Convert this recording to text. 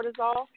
cortisol